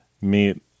meet